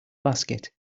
basket